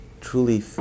truly